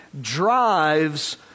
drives